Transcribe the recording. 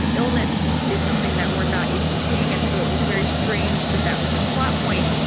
illness is something that we're not used to seeing, and so it was very strange that that was a plot point,